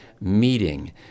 meeting